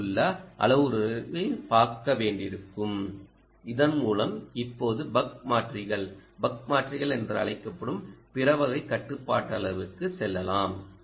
ஆரில் உள்ள அளவுருவைப் பார்க்க வேண்டியிருக்கும் இதன் மூலம் இப்போது பக் மாற்றிகள் பக் மாற்றிகள் என்று அழைக்கப்படும் பிற வகை கட்டுப்பாட்டாளர்களுக்கு செல்லலாம்